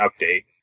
update